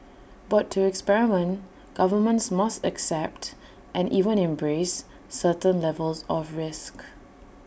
but to experiment governments must accept and even embrace certain levels of risk